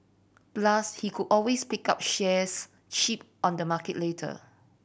plus he could always pick up shares cheap on the market later